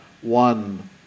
one